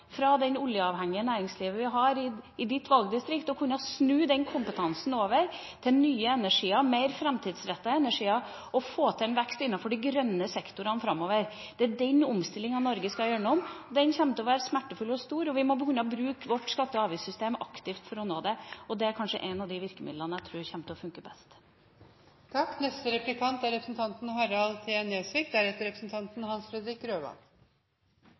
fra det oljeavhengige næringslivet vi har i ditt valgdistrikt. Vi må kunne snu den kompetansen over til nye energier, mer framtidsrettete energier og få til en vekst i de grønne sektorene framover. Det er den omstillinga Norge skal igjennom. Den kommer til å være smertefull og stor, og vi må kunne bruke vårt skatte- og avgiftssystem aktivt for å nå det. Det er kanskje et av de midlene jeg tror kommer til å funke best. Først av alt vil jeg si takk til representanten